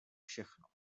všechno